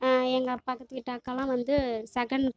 எங்கள் பக்கத்து வீட்டு அக்காலாம் வந்து செகண்ட்